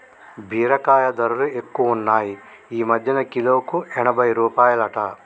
బీరకాయ ధరలు ఎక్కువున్నాయ్ ఈ మధ్యన కిలోకు ఎనభై రూపాయలట